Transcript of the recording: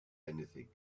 anything